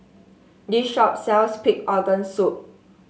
this shop sells Pig's Organ Soup